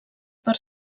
per